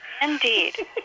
Indeed